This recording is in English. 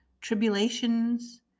tribulations